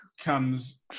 comes